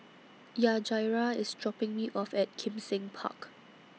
Yajaira IS dropping Me off At Kim Seng Park